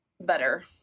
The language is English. better